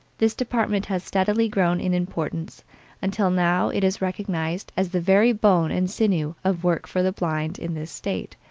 this department has steadily grown in importance until now it is recognized as the very bone and sinew of work for the blind in this state.